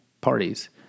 parties